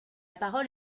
parole